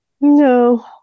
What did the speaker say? No